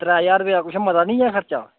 त्रै ज्हार रपेआ कुछ मता निं ऐ खर्चा